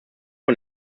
von